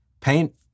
paint